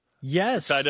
Yes